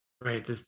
right